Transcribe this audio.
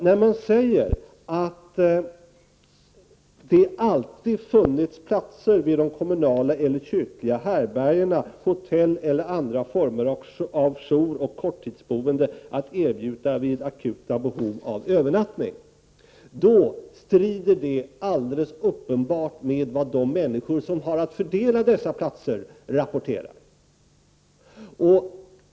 När man säger att det ”alltid funnits platser vid de kommunala eller kyrkliga härbärgena, hotell eller andra former av jouroch korttidsboende att erbjuda vid akuta behov av övernattning”, strider det alldeles uppenbart med vad de människor rapporterar som har att fördela dessa platser.